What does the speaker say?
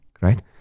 right